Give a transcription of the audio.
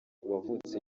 wavutse